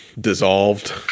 dissolved